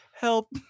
help